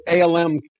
ALM